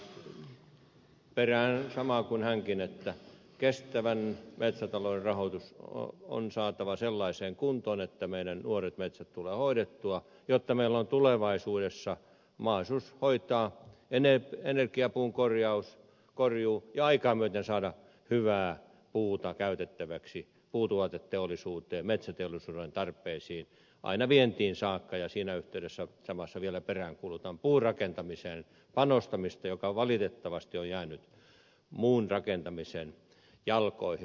hoskosen puheenvuorosta ja perään samaa kuin hänkin että kestävän metsätalouden rahoitus on saatava sellaiseen kuntoon että nuoret metsät tulevat hoidettua jotta meillä on tulevaisuudessa mahdollisuus hoitaa energiapuun korjuu ja aikaa myöten saada hyvää puuta käytettäväksi puutuoteteollisuuteen metsäteollisuuden tarpeisiin aina vientiin saakka ja samassa yhteydessä vielä peräänkuulutan puurakentamiseen panostamista joka valitettavasti on jäänyt muun rakentamisen jalkoihin